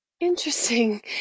Interesting